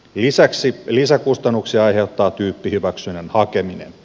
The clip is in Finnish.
lisäksi lisäkustannuksia aiheuttaa tyyppihyväksynnän hakeminen